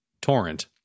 torrent